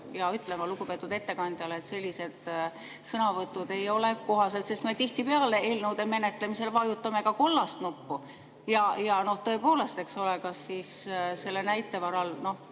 ja ütlema lugupeetud ettekandjale, et sellised sõnavõtud ei ole kohased? Sest me tihtipeale eelnõude menetlemisel vajutame ka kollast nuppu ja tõepoolest, eks ole, kas siis selle näite varal